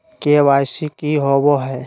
KYC की होबो है?